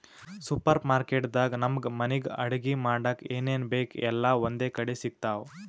super market ದಾಗ್ ನಮ್ಗ್ ಮನಿಗ್ ಅಡಗಿ ಮಾಡಕ್ಕ್ ಏನೇನ್ ಬೇಕ್ ಎಲ್ಲಾ ಒಂದೇ ಕಡಿ ಸಿಗ್ತಾವ್